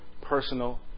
personal